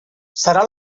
serà